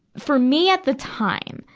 for me at the time,